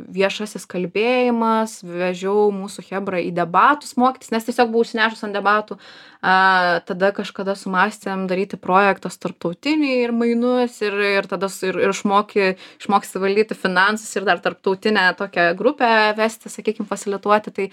viešasis kalbėjimas vežiau mūsų chebrą į debatus mokytis nes tiesiog buvau užsinešus ant debatų aaa tada kažkada sumąstėm daryti projektus tarptautinėj ir mainus ir tada ir išmoki išmoksti valdyti finansus ir dar tarptautinę tokią grupę vesti sakykim pasilituoti tai